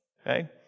okay